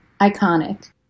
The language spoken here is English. iconic